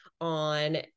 on